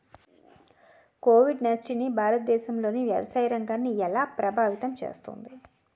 Covid nineteen భారతదేశంలోని వ్యవసాయ రంగాన్ని ఎలా ప్రభావితం చేస్తుంది?